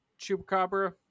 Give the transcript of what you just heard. Chupacabra